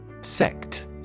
Sect